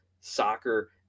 soccer